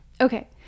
Okay